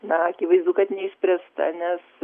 na akivaizdu kad neišspręsta nes